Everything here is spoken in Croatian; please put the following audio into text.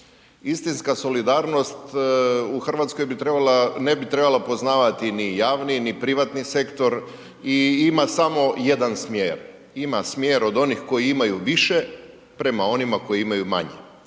Istinska solidarnost u Hrvatskoj ne bi trebala poznavati ni javni ni privatni sektora i ima samo jedan smjer, ima smjer od onih koji imaju više prema onima koji imaju manje.